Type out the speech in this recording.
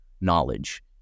knowledge